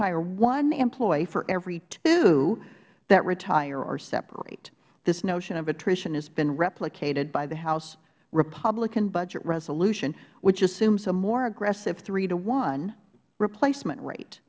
hire one employee for every two that retire or separate this notion of attrition has been replicated by the house republican budget resolution which assumes a more aggressive three to one replacement